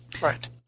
right